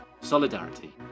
solidarity